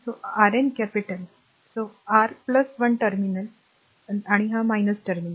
समजा हे Rn capital आहे समजा ही r टर्मिनल आहे टर्मिनल